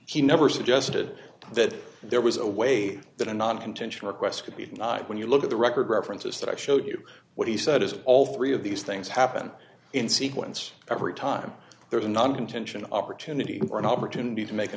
he never suggested that there was a way that a non contention request could be when you look at the record references that i showed you what he said is all three of these things happen in sequence every time there's another contention opportunity or an opportunity to make a